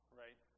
right